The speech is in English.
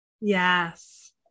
Yes